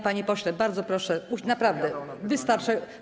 Panie pośle, bardzo proszę, naprawdę, wystarczy.